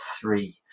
three